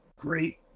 great